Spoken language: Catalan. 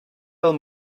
del